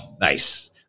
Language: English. Nice